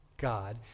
God